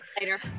later